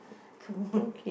come on